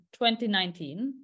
2019